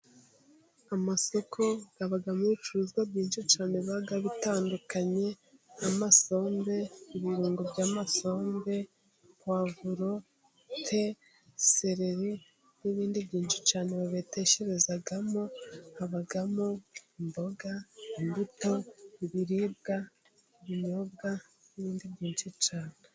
Amasoko abamo ibicuruzwa byinshi cyane bigiye bitandukanye: amasombe, ibirungo by'amasombe ,pavuro, te, sereri n'ibindi byinshi cyane. Babibetesherezamo ,imboga imbuto, ibiribwa, ibinyobwa n'ibindi byinshi.